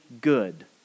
good